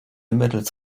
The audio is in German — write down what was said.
mittels